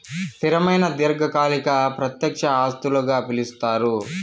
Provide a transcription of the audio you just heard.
స్థిరమైన దీర్ఘకాలిక ప్రత్యక్ష ఆస్తులుగా పిలుస్తారు